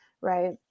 right